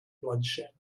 bloodshed